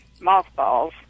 mothballs